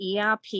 ERP